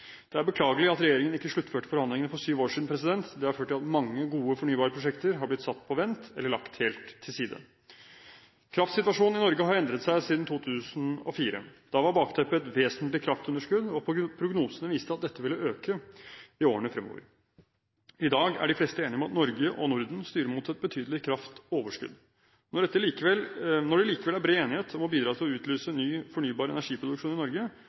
Det er beklagelig at regjeringen ikke sluttførte forhandlingene for syv år siden. Det har ført til at mange gode fornybarprosjekter har blitt satt på vent eller lagt helt til side. Kraftsituasjonen i Norge har endret seg siden 2004. Da var bakteppet et vesentlig kraftunderskudd, og prognosene viste at dette ville øke i årene fremover. I dag er de fleste enige om at Norge og Norden styrer mot et betydelig kraftoverskudd. Når det likevel er bred enighet om å bidra til å utløse ny fornybar energiproduksjon i Norge,